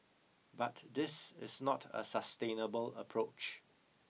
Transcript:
but this is not a sustainable approach